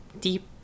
deep